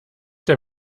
der